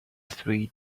three